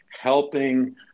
helping